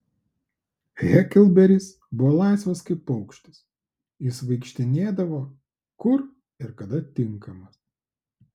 heklberis buvo laisvas kaip paukštis jis vaikštinėdavo kur ir kada tinkamas